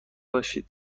باشی